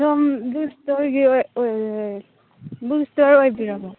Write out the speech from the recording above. ꯁꯣꯝ ꯕꯨꯛ ꯏꯁꯇꯣꯔꯒꯤ book store ꯑꯣꯏꯕꯤꯔꯕꯣ